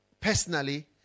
personally